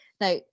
Now